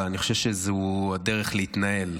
אבל אני חושב שזו הדרך להתנהל.